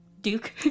Duke